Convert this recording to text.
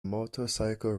motorcycle